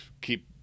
keep